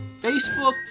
Facebook